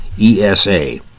ESA